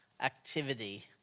activity